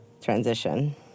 transition